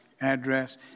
address